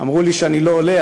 אמרו לי שאני לא עולה,